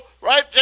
right